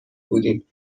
بودیم